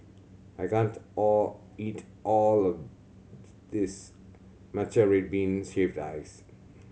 I can't all eat all of this matcha red bean shaved ice